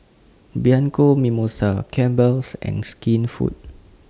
Bianco Mimosa Campbell's and Skinfood